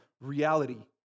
reality